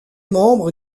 membre